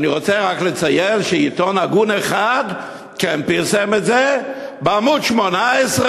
אני רוצה רק לציין שעיתון הגון אחד כן פרסם את זה בעמוד 18,